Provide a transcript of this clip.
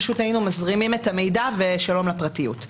פשוט היינו מזרימים את המידע ושלום לפרטיות.